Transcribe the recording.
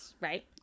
right